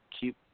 keep